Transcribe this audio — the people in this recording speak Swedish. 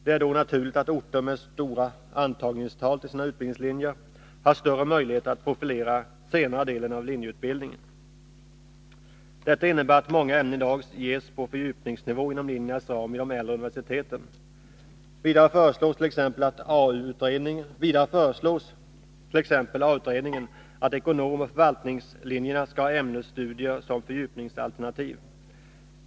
Det är då naturligt att orter med stora antagningstal till sina utbildningslinjer har större möjligheter att profilera senare delen av linjeutbildningen. Detta innebär att många ämnen i dag ges på fördjupningsnivå inom linjernas ram vid de äldre universiteten. Vidare föreslår t.ex. AU-utredningen att ekonomoch förvaltningslinjerna skall ha ämnesstudier som fördjupningsalternativ.